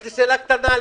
יש לי שאלה קטנה.